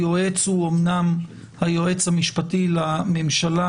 היועץ הוא אומנם היועץ המשפטי לממשלה